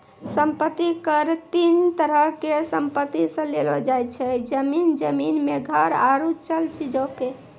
सम्पति कर तीन तरहो के संपत्ति से लेलो जाय छै, जमीन, जमीन मे घर आरु चल चीजो पे